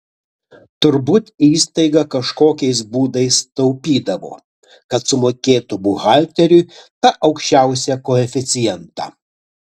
turbūt įstaiga kažkokiais būdais taupydavo kad sumokėtų buhalteriui tą aukščiausią koeficientą